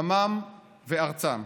עמם וארצם.